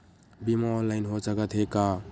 बीमा ऑनलाइन हो सकत हे का?